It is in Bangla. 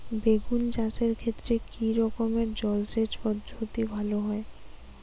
বেগুন চাষের ক্ষেত্রে কি রকমের জলসেচ পদ্ধতি ভালো হয়?